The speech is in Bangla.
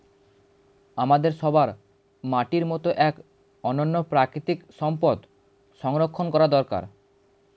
আমাদের সবার মাটির মতো এক অনন্য প্রাকৃতিক সম্পদ সংরক্ষণ করা দরকার